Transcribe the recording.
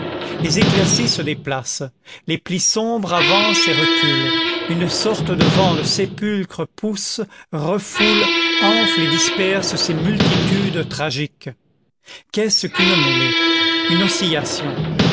les éclaircies se déplacent les plis sombres avancent et reculent une sorte de vent du sépulcre pousse refoule enfle et disperse ces multitudes tragiques qu'est-ce qu'une mêlée une oscillation